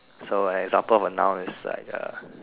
so an example of a noun is like a